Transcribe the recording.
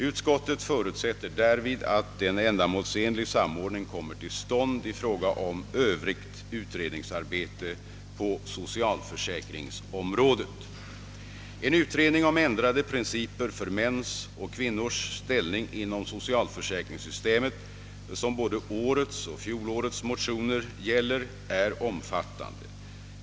Utskottet förutsätter därvid att en ändamålsenlig samordning kommer till stånd i fråga om Övrigt utredningsarbete på socialförsäkringsområdet.» En utredning om ändrade principer för mäns och kvinnors ställning inom socialförsäkringssystemet, som <:både årets och fjolårets motioner gäller, är omfattande.